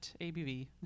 ABV